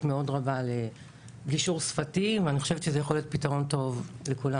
מאוד רבה לגישור שפתי ואני חושבת שזה יכול להיות פתרון טוב לכולם.